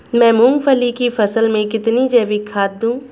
मैं मूंगफली की फसल में कितनी जैविक खाद दूं?